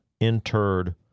interred